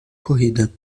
corrida